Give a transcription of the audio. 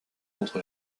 contre